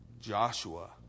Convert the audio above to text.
Joshua